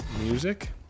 music